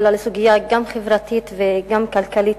אלא גם סוגיה חברתית וגם כלכלית,